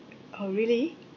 orh really